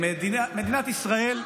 גח"ל זה